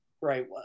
right